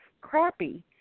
crappy